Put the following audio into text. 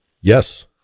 Yes